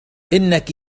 إنك